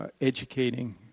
educating